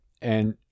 And-